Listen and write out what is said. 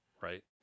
Right